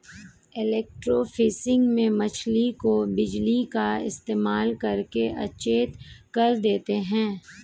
electrofishing में मछली को बिजली का इस्तेमाल करके अचेत कर देते हैं